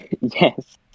Yes